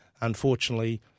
unfortunately